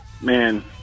man